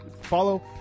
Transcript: follow